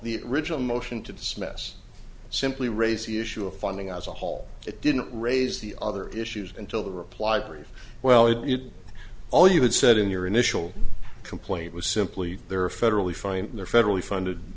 the original motion to dismiss simply raise the issue of funding as a whole it didn't raise the other issues until the reply very well it all you had said in your initial complaint was simply there are federally find there federally funded